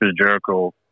Jericho